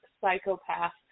psychopath